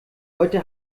heute